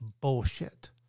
bullshit